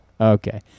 okay